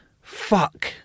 Fuck